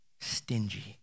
stingy